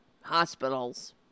hospitals